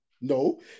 No